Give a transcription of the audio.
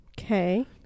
Okay